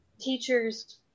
teachers